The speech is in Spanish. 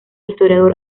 historiador